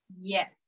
Yes